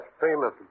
famous